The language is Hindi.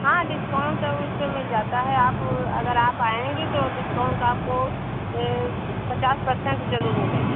हाँ डिस्काउंट उस पर मिल जाता है आप अगर आ पायेंगी तो डिस्काउंट आपको पचास परसेंट जरूर मिलेगा